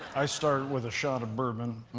i start with a shot of bourbon.